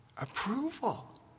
Approval